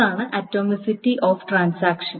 അതാണ് atomicity of transaction